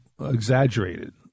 exaggerated